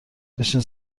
بشین